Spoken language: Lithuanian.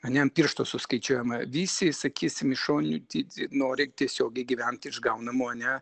ane ant pirštų suskaičiuojama visi sakysim įšonių ti ti nori tiesiogiai gyvent iš gaunamų ane